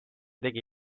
tegi